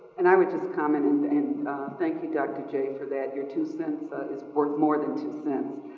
and i would just comment and and thank you dr. jay for that, your two cents is worth more than two cents.